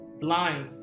blind